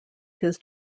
his